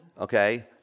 Okay